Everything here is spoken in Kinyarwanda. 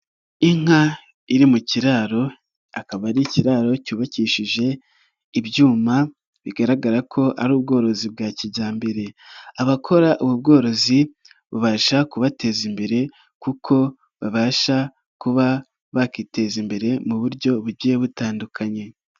Inka iri mu kiraro akaba ari ikiraro cyubakishije ibyuma bigaragara ko ari ubworozi bwa kijyambere, abakora ubu bworozi bubabasha kubateza imbere kuko babasha kuba bakiteza imbere mu buryo bugiye butandukanye.